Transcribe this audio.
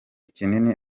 kinini